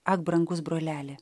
ak brangus broleli